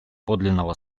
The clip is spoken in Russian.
подлинного